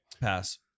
pass